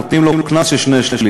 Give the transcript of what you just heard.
נותנים לו קנס של שני-שלישים.